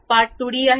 Part 2d आहे